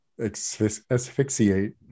asphyxiate